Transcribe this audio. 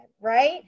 right